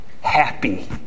Happy